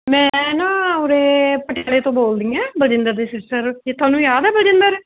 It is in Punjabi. ਮੈਂ ਨਾ ਉਰੇ ਪਟਿਆਲੇ ਤੋਂ ਬੋਲਦੀ ਹਾਂ ਬਲਜਿੰਦਰ ਜੀ ਸਿਸਟਰ ਅਤੇ ਤੁਹਾਨੂੰ ਯਾਦ ਹੈ ਬਲਜਿੰਦਰ